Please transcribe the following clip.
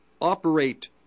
operate